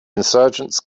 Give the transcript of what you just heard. insurgents